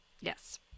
Yes